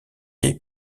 est